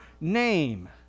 name